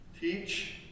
teach